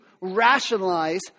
rationalize